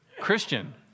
Christian